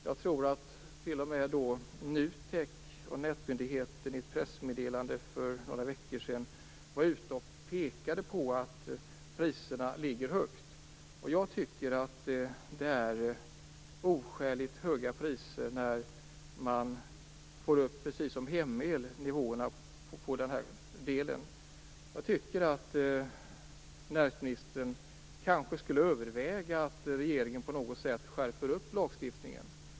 Jag tror att t.o.m. NUTEK och nätmyndigheten i ett pressmeddelande för några veckor sedan pekade på att priserna ligger högt. Det är oskäligt höga priser; Hem-El har ju fått upp nivåerna på den här delen. Näringsministern borde kanske överväga om regeringen på något sätt skall skärpa lagstiftningen.